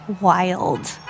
wild